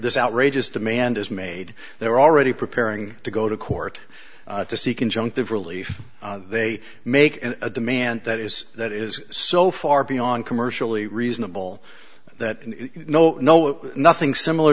this outrageous demand is made they're already preparing to go to court to seek injunctive relief they make a demand that is that is so far beyond commercially reasonable that no no nothing similar